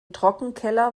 trockenkeller